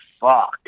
fuck